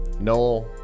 Noel